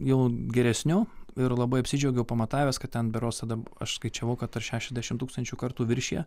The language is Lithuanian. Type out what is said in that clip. jau geresniu ir labai apsidžiaugiau pamatavęs kad ten berods tada aš skaičiavau kad ar šešiasdešimt tūkstančių kartų viršija